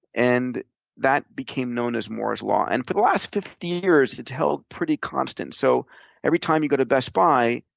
and that became known as moore's law, and for the last fifty years, it's held pretty constant. so every time you go to best buy,